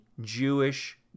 Jewish